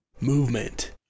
movement